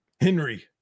Henry